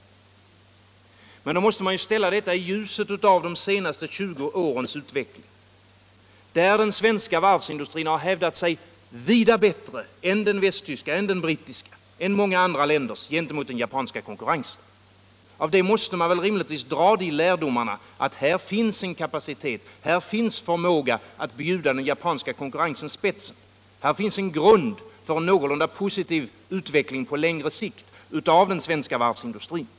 Men då måste man ju ställa detta i ljuset av de senaste 20 årens utveckling, där den svenska varvsindustrin har hävdat sig vida bättre än den västtyska, än den brittiska och många andra länders gentemot den japanska konkurrensen. Av detta måste man väl rimligtvis dra de lärdomarna att här finns en kapacitet och förmåga att bjuda den japanska konkurrensen spetsen. Här finns en grund för en någorlunda positiv utveckling på längre sikt av den svenska varvsindustrin.